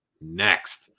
next